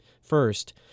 First